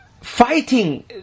fighting